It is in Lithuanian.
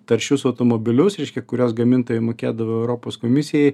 taršius automobilius reiškia kuriuos gamintojai mokėdavo europos komisijai